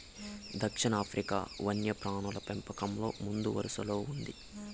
దక్షిణాఫ్రికా వన్యప్రాణుల పెంపకంలో ముందువరసలో ఉంది